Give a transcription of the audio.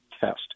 test